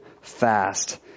fast